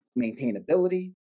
maintainability